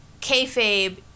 kayfabe